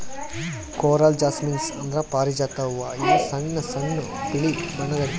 coral jasmine ಅಂದ್ರ ಪಾರಿಜಾತ ಹೂವಾ ಇವು ಸಣ್ಣ್ ಸಣ್ಣು ಬಿಳಿ ಬಣ್ಣದ್ ಇರ್ತವ್